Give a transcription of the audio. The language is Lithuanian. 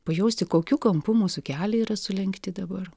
pajausti kokiu kampu mūsų keliai yra sulenkti dabar